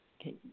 Okay